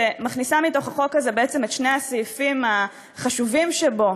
שמכניסה מתוך החוק הזה בעצם את שני הסעיפים החשובים שבו,